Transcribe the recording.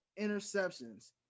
interceptions